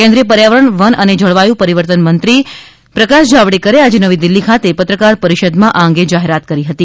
કેન્દ્રીય પર્યાવરણ વન અને જળવાયુ પરિવર્તન મંત્રી પ્રકાશ જાવડેકરે આજે નવી દિલ્હી ખાતે પત્રકાર પરિષદમાં આ અંગે જાહેરાત કરી હતી